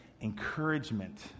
encouragement